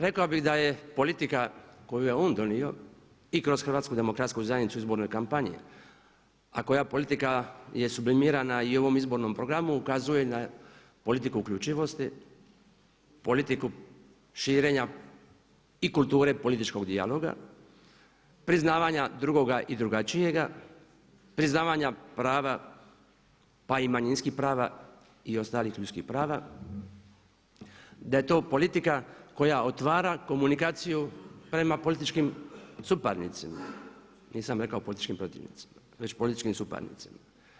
Rekao bih da je politika koju je on donio i kroz HDZ u izbornoj kampanji a koja politika je sublimirana i u ovom izbornom programu ukazuje na politiku uključivosti, politiku širenja i kulture političkog dijaloga, priznavanja drugoga i drugačijega, priznavanja prava pa i manjinskih prava i ostalih prava, da je to politika koja otvara komunikaciju prema političkim suparnicima, nisam rekao političkim protivnicima već političkim suparnicima.